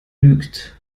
lügt